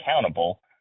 accountable